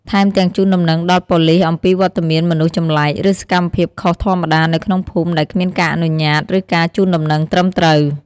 ថែមទាំងជូនដំណឹងដល់ប៉ូលីសអំពីវត្តមានមនុស្សចម្លែក ឬសកម្មភាពខុសធម្មតានៅក្នុងភូមិដែលគ្មានការអនុញ្ញាត ឬការជូនដំណឹងត្រឹមត្រូវ។